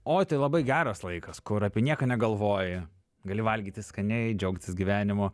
oi tai labai geras laikas kur apie nieką negalvoji gali valgyti skaniai džiaugtis gyvenimu